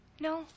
No